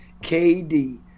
KD